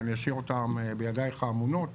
ואני אשאיר אותם בידייך האמונות